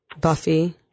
Buffy